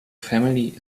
family